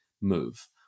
move